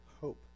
hope